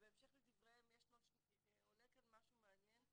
ובהמשך לדבריהם עולה כאן משהו מעניין,